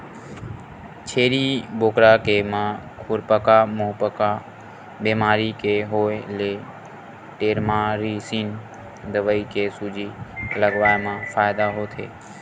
छेरी बोकरा के म खुरपका मुंहपका बेमारी के होय ले टेरामारसिन दवई के सूजी लगवाए मा फायदा होथे